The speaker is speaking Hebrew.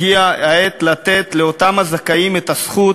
הגיעה העת לתת לאותם הזכאים את הזכות